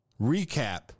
recap